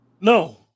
No